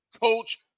Coach